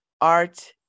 art